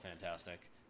fantastic